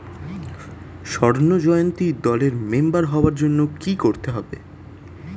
স্বর্ণ জয়ন্তী দলের মেম্বার হওয়ার জন্য কি করতে হবে?